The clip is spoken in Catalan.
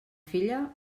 filla